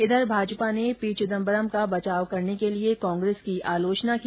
इधर भाजपा ने पी चिदंबरम का बचाव करने के लिए कांग्रेस की आलोचना की